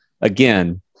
again